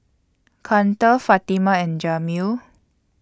Karter Fatima and Jameel